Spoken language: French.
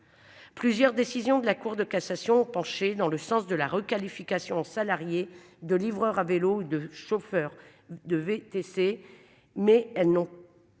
Plusieurs décisions de la Cour de cassation pencher dans le sens de la requalification salariés de livreurs à vélo de chauffeurs de VTC mais elle non.